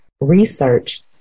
research